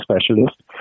specialist